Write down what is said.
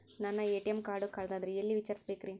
ನನ್ನ ATM card ಕಳದದ್ರಿ ಎಲ್ಲಿ ವಿಚಾರಿಸ್ಬೇಕ್ರಿ?